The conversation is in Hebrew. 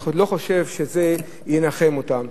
אני לא חושב שזה ינחם אותן.